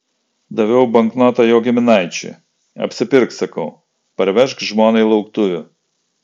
daviau banknotą jo giminaičiui apsipirk sakau parvežk žmonai lauktuvių